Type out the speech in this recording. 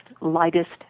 lightest